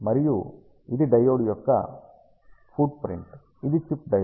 మరియు ఇది డయోడ్ యొక్క ఫూట్ ప్రింట్ ఇది చిప్ డయోడ్